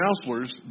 counselors